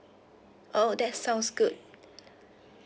oh that sounds good